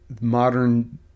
modern